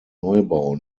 neubau